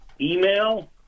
email